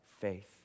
faith